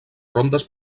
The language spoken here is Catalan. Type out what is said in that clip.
rondes